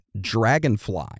Dragonfly